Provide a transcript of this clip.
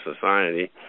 society